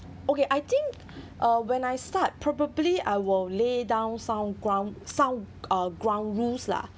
okay I think uh when I start probably I'll lay down some ground some uh ground rules